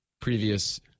previous